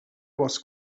was